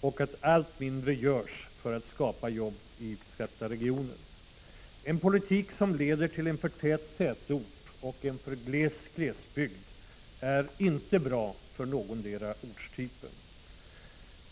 och att allt mindre görs för att skapa jobb i utsatta regioner. En politik som leder till en för tät tätort och en för gles glesbygd är inte bra för någondera ortstypen.